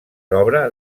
obra